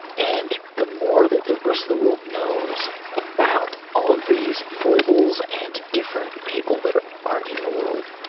and the more that the rest of the world knows about all of these foibles and different people that are are in the world,